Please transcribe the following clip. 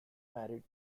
married